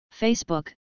Facebook